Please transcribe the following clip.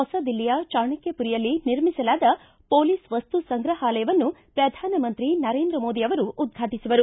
ಹೊಸ ದಿಲ್ಲಿಯ ಚಾಣಕ್ಕಪುರಿಯಲ್ಲಿ ನಿರ್ಮಿಸಲಾದ ಪೊಲೀಸ್ ವಸ್ತುಸಂಗ್ರಹಾಲಯವನ್ನು ಪ್ರಧಾನಮಂತ್ರಿ ನರೇಂದ್ರ ಮೋದಿ ಅವರು ಉದ್ಘಾಟಿಸುವರು